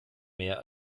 mehr